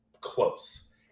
close